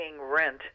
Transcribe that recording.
rent